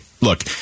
Look